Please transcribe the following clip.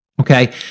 Okay